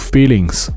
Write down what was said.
Feelings